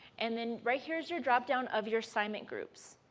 and then right here is your drop down of your assignment groups.